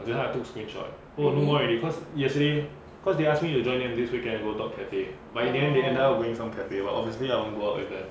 no just now I took screenshot oh no more already cause yesterday cause they ask me to join them this weekend go dog cafe but in the end they end up going some cafe but obviously I won't go out with them